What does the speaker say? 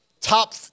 top